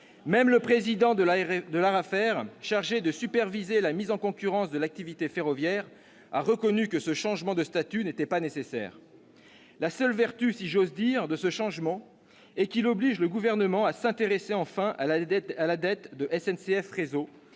Même le président de l'ARAFER, instance chargée de superviser la mise en concurrence de l'activité ferroviaire, a reconnu que ce changement de statut n'était pas nécessaire. La seule vertu- si j'ose dire -de ce changement est qu'il oblige le Gouvernement à s'intéresser enfin à la dette de SNCF Réseau,